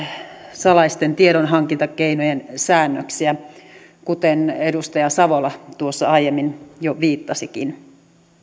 salaisten tiedonhankintakeinojen säännöksiä kuten edustaja savola tuossa aiemmin jo viittasikin